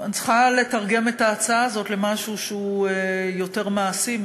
אני צריכה לתרגם את ההצעה הזאת למשהו שהוא יותר מעשי,